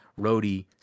roadie